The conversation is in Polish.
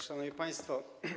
Szanowni Państwo!